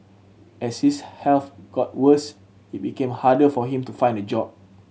as his health got worse it became harder for him to find a job